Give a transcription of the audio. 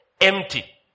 empty